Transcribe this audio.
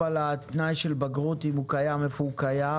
גם על התנאי של בגרות אם הוא קיים ואיפה הוא קיים,